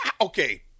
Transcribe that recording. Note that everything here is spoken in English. Okay